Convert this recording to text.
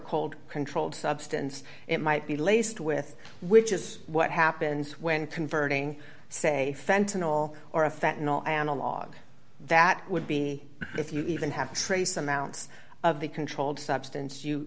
cold controlled substance it might be laced with which is what happens when converting say fentanyl or a fat in all analog that would be if you even have trace amounts of the controlled substance you